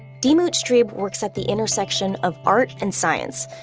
diemut strebe works at the intersection of art and science.